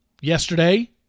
yesterday